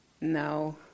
No